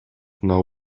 know